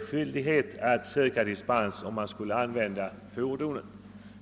skyldigheten att söka dispens uppmärksammades.